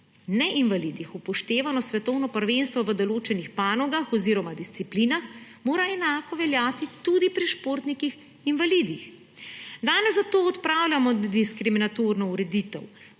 neinvalidih upoštevano svetovno prvenstvo v določenih panogah oziroma disciplinah, mora enako veljati tudi pri športnikih invalidih. Danes zato odpravljamo diskriminatorno ureditev.